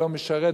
הלא-משרת,